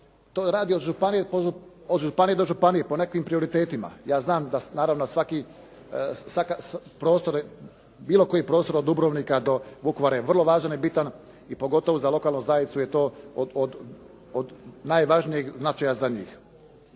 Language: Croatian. to radi od županije do županije po nekim prioritetima. Ja znam da naravno svaki, bilo koji prostor od Dubrovnika do Vukovara je vrlo važan i bitan i pogotovo za lokalnu zajednicu je to od najvažnijeg značaja za njih.